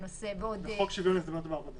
חוק שוויון הזדמנויות בעבודה